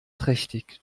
trächtig